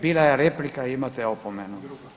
Bila je replika, imate opomenu.